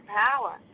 power